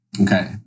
Okay